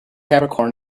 capricorn